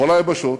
בכל היבשות,